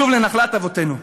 לשוב לנחלת אבותינו.